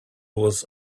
was